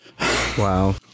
Wow